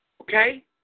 okay